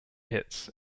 hits